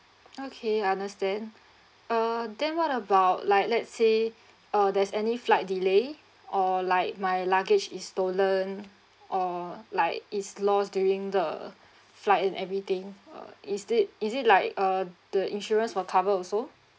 okay understand err then what about like let's say uh there's any flight delay or like my luggage is stolen or like is lost during the flight and everything uh is it is it like uh the insurance will cover also